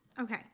Okay